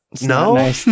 No